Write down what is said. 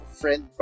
friend